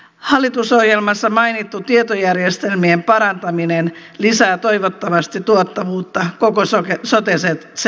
hallitusohjelmassa mainittu tietojärjestelmien parantaminen lisää toivottavasti tuottavuutta koko sote sektorilla